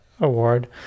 award